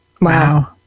Wow